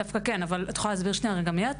דווקא כן, אבל את יכולה להסביר רגע מי את?